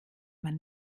man